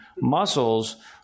muscles